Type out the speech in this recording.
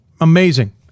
Amazing